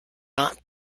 not